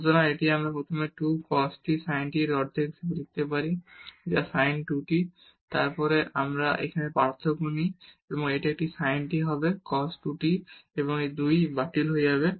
সুতরাং এটি আমরা প্রথমে 2 cos t sin t এর অর্ধেক হিসাবে লিখতে পারি যা sin 2 t এবং তারপর যখন আমরা এখানে পার্থক্য নিই তখন এটি একটি sin t হবে cos 2 t এবং এই 2 টি বাতিল হয়ে যাবে